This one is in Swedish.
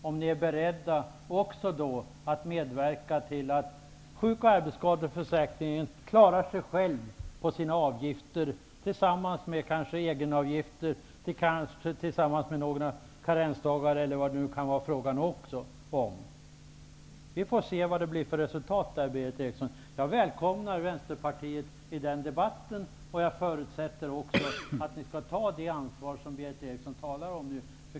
Är ni då beredda att medverka till att sjuk och arbetsskadeförsäkringen kan klara sig på avgifter, egenavgifter och karensdagar? Vi får se vad det blir för resultat, Berith Eriksson. Jag välkomnar Vänsterpartiet i den debatten. Jag förutsätter, Berith Eriksson, att ni tar det ansvaret.